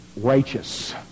righteous